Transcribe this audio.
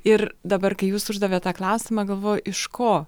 ir dabar kai jūs uždavėt tą klausimą galvoju iš ko